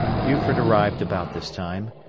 buford arrived about this time,